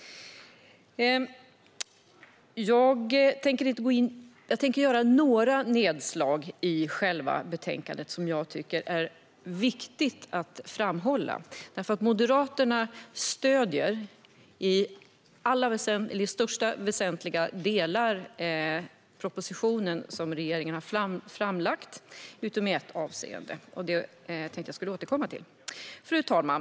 Jag ska göra några nedslag i det som jag tycker är viktigt i betänkandet. Moderaterna stöder i alla väsentliga delar regeringens proposition, utom i ett avseende, som jag tänker återkomma till. Fru talman!